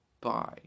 Bye